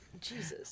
Jesus